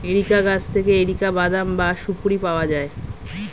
areca গাছ থেকে areca বাদাম বা সুপোরি পাওয়া যায়